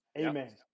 Amen